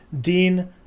Dean